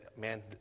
man